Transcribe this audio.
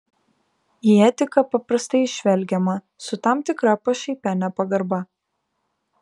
į etiką paprastai žvelgiama su tam tikra pašaipia nepagarba